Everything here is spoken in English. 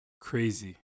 Crazy